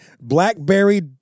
Blackberry